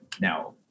Now